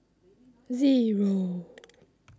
Zero